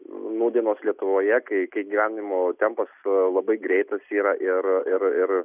nūdienos lietuvoje kai gyvenimo tempas labai greitas yra ir